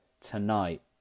Tonight